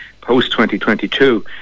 post-2022